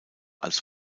als